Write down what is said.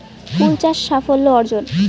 ফুল চাষ সাফল্য অর্জন?